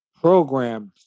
programs